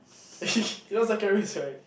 you know second is right